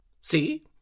See